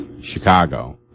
Chicago